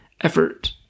effort